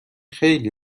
خیلی